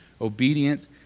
obedient